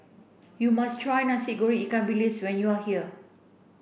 you must try Nasi Goreng Ikan Bilis when you are here